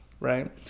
right